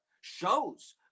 shows